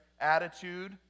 attitude